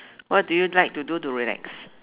what do you like to do to relax